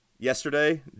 Yesterday